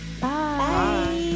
bye